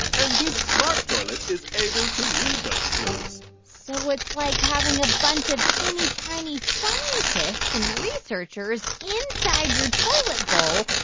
and this smart toilet is able to read those clues so it's like having a bunch of teeny, tiny scientists and researchers inside your toilet bowl,